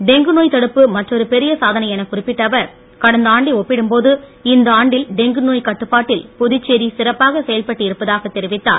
dengue நோய் தடுப்பு மற்றொரு பெரிய சாதனை என குறிப்பிட்ட அவர் கடந்தாண்டை ஒப்பிடும் போது இந்தாண்டில் டெங்கு நோய் கட்டுப்பாட்டில் புதுச்சேரி சிறப்பாக செயல்பட்டு இருப்பதாக தெரிவித்தார்